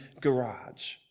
garage